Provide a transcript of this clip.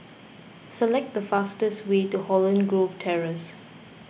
select the fastest way to Holland Grove Terrace